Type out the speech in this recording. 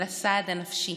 של הסעד הנפשי.